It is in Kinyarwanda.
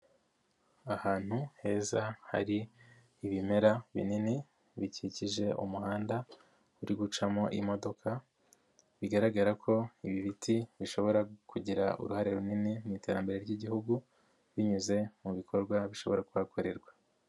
Ahantu heza hari ibimera binini bikikije umuhanda uri gucamo imodoka bigaragara ko ibi biti bishobora kugira uruhare runini mu iterambere ry'igihugu binyuze mu bikorwa bishobora kuhakorerwa.